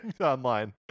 online